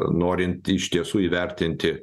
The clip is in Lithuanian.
norint iš tiesų įvertinti